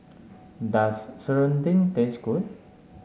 does serunding taste good